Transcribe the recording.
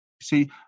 see